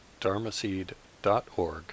dharmaseed.org